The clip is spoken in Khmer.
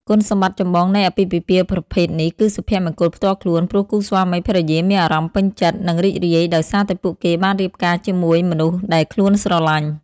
គុណសម្បត្តិចម្បងនៃអាពាហ៍ពិពាហ៍ប្រភេទនេះ គឺសុភមង្គលផ្ទាល់ខ្លួន ព្រោះគូស្វាមីភរិយាមានអារម្មណ៍ពេញចិត្ត និងរីករាយដោយសារតែពួកគេបានរៀបការជាមួយមនុស្សដែលខ្លួនស្រលាញ់។